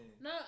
No